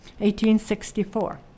1864